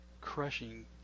crushing